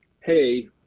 hey